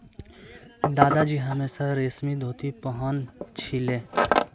दादाजी हमेशा रेशमी धोती पह न छिले